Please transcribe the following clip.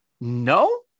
No